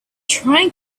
trying